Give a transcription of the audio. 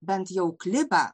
bent jau kliba